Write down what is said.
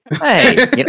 Hey